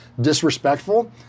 disrespectful